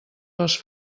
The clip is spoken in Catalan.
les